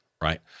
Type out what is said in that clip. right